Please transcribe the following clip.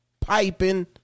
piping